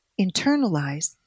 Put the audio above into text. internalize